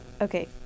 Okay